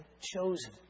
chosen